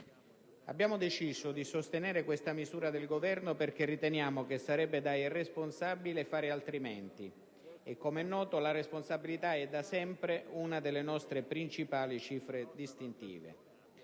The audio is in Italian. Abbiamo deciso di sostenere questa misura del Governo perché riteniamo che sarebbe da irresponsabili fare altrimenti e, come è noto, la responsabilità è da sempre una delle nostre principali cifre distintive.